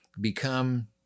become